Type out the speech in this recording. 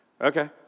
Okay